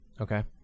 okay